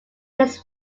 his